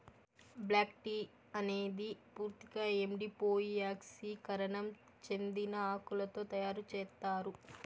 black tea అనేది పూర్తిక ఎండిపోయి ఆక్సీకరణం చెందిన ఆకులతో తయారు చేత్తారు